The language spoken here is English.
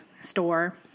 store